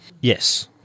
yes